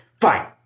fine